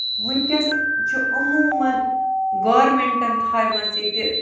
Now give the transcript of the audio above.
وٕنکیٚس چھُ عمومَن گورمٮ۪نٹَن تھایِمٕژ ییٚتہِ